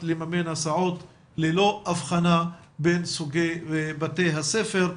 לממן הסעות ללא הבחנה בין סוגי בתי הספר,